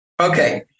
Okay